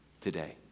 today